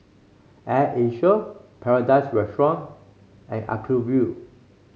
Air Asia Paradise Restaurant and Acuvue